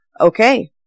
okay